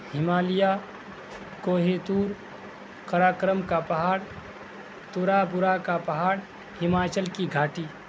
ہمالیہ کوہِ طور کراکرم کا پہاڑ تورا بورا کا پہاڑ ہماچل کی گھاٹی